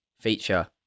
feature